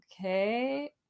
Okay